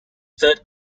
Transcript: third